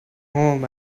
home